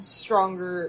stronger